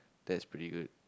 that's pretty good